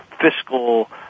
fiscal